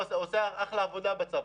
עושה אחלה עבודה בצבא,